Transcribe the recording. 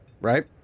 Right